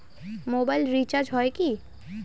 Mobile recharge হয় কি?